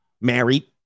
married